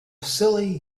silly